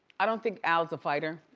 i don't think al's a fighter.